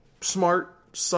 smart